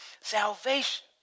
salvation